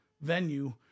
venue